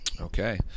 Okay